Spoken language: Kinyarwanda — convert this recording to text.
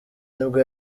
nibwo